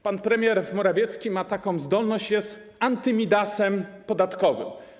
Pan premier Morawiecki ma taką zdolność: jest anty-Midasem podatkowym.